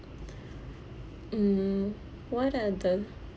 mm what are the